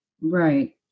Right